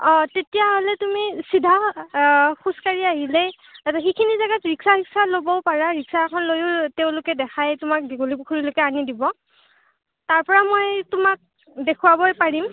অঁ তেতিয়াহ'লে তুমি চিধা খোজকাঢ়ি আহিলেই তাতে সেইখিনি জাগাত ৰিক্সা চিক্সা ল'বও পাৰা ৰিক্সা এখন লৈও তেওঁলোকে দেখাই তোমাক দীঘলী পুখুৰীলৈকে আনি দিব তাৰ পৰা মই তোমাক দেখুৱাবয়েই পাৰিম